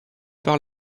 par